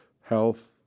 health